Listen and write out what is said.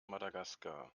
madagaskar